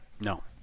No